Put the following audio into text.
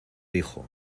dijo